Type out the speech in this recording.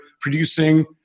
producing